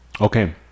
okay